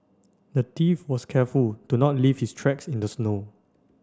the thief was careful to not leave his tracks in the snow